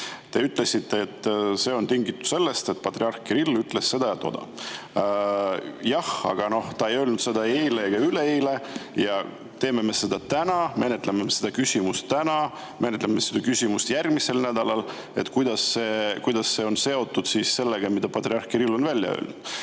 Te ütlesite, et see on tingitud sellest, et patriarh Kirill ütles seda ja toda. Jah, aga ta ei öelnud seda eile ega üleeile, kuid meie teeme seda täna. Kas me menetleme seda küsimust täna või menetleme seda küsimust järgmisel nädalal, kuidas see on seotud sellega, mida patriarh Kirill on öelnud?